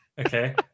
okay